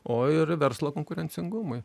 o ir verslo konkurencingumui